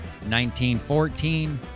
1914